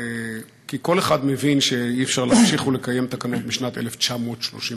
כי כל אחד מבין שאי-אפשר להמשיך ולקיים תקנות משנת 1933,